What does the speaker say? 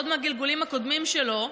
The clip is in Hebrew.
עוד מהגלגולים הקודמים שלו,